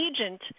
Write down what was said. agent